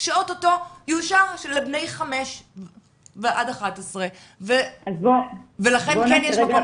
שאו-טו-טו יאושר לבני 11-5. לכן כן יש מקום לדיון.